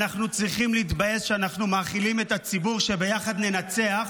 אנחנו צריכים להתבייש שאנחנו מאכילים את הציבור שביחד ננצח,